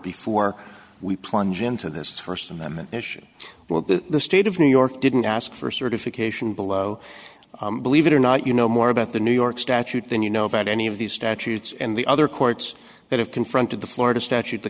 before we plunge into this first amendment issue well the stayed of new york didn't ask for certification below believe it or not you know more about the new york statute than you know about any of these statutes and the other courts that have confronted the florida statute the